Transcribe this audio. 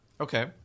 Okay